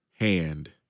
hand